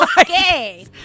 Okay